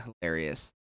hilarious